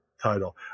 title